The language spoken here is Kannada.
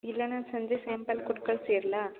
ಇಲ್ಲ ನಾನು ಸಂಜೆ ಸ್ಯಾಂಪಲ್ ಕೊಟ್ಟುಕಳ್ಸಿರ್ಲಾ